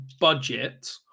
budget